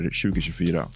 2024